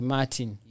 Martin